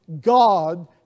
God